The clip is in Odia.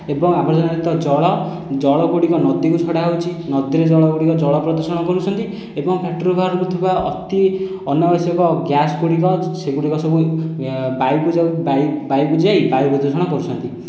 ଏବଂ ଆବର୍ଜନା ଜନିତ ଜଳ ଜଳଗୁଡ଼ିକ ନଦୀକୁ ଛଡ଼ା ହେଉଛି ନଦୀରେ ଜଳଗୁଡ଼ିକ ଜଳ ପ୍ରଦୂଷଣ କରୁଛନ୍ତି ଏବଂ ଫ୍ୟାକ୍ଟ୍ରିରୁ ବାହାରୁଥିବା ଅତି ଅନାବଶ୍ୟକ ଗ୍ୟାସ ଗୁଡ଼ିକ ସେଗୁଡ଼ିକ ସବୁ ବାୟୁକୁ ଯାଇ ବାୟୁ ପ୍ରଦୂଷଣ କରୁଛନ୍ତି